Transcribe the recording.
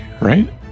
right